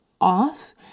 off